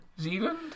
Zealand